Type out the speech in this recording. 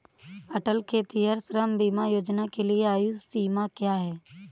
अटल खेतिहर श्रम बीमा योजना के लिए आयु सीमा क्या है?